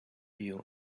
you